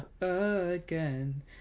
again